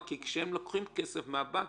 כי כשהם לוקחים כסף מהבנק,